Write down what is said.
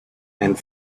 and